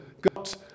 got